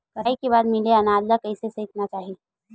कटाई के बाद मिले अनाज ला कइसे संइतना चाही?